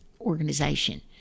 organization